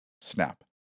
Snap